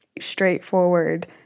straightforward